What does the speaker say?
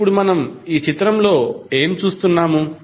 ఇప్పుడు మనం ఈ చిత్రంలో ఏమి చేస్తున్నాము